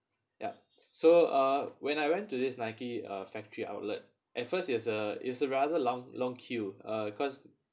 yup so uh when I went to this Nike uh factory outlet at first there's a it's a rather long long queue uh cause